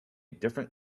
different